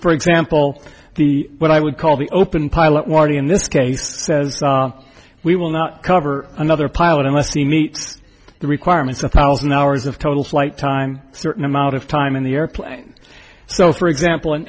for example the what i would call the open pilot warning in this case says we will not cover another pilot unless he meets the requirements a thousand hours of total flight time certain amount of time in the airplane so for example an